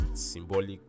symbolic